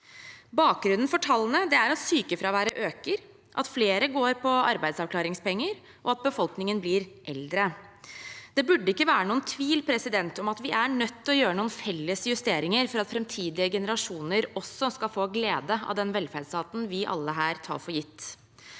Bakgrunnen for tallene er at sykefraværet øker, at flere går på arbeidsavklaringspenger, og at befolkningen blir eldre. Det burde ikke være noen tvil om at vi er nødt til å gjøre noen felles justeringer for at framtidige generasjoner også skal få glede av den velferdsstaten vi alle her tar for gitt.